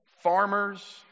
farmers